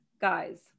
guys